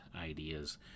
ideas